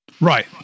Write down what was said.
Right